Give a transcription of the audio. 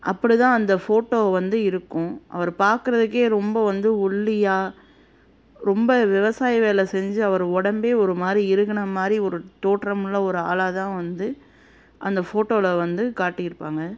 அப்படி தான் அந்த ஃபோட்டோ வந்து இருக்கும் அவரைப் பார்க்குறதுக்கே ரொம்ப வந்து ஒல்லியாக ரொம்ப விவசாய வேலை செஞ்சு அவர் உடம்பே ஒரு மாதிரி இறுகின மாதிரி ஒரு தோற்றமுள்ள ஒரு ஆளாக தான் வந்து அந்த ஃபோட்டோவில் வந்து காட்டியிருப்பாங்க